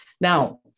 Now